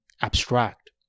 abstract